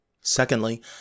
Secondly